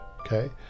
Okay